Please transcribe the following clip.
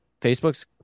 Facebook's